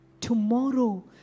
tomorrow